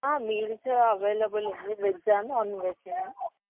meals available ఉంది వెజ్జా non వెజ్జా అని